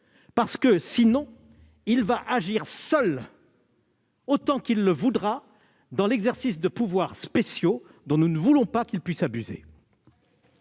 l'accepte. Sinon, il agira seul, autant qu'il le voudra, dans l'exercice de pouvoirs spéciaux dont nous ne voulons pas qu'il puisse abuser.